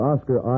Oscar